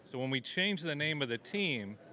so when we change the name of the team,